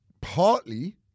Partly